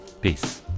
Peace